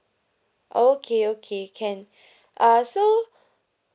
okay okay can uh so